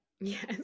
Yes